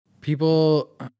People